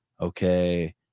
Okay